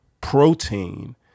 protein